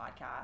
podcast